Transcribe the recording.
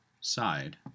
side